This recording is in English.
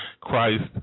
Christ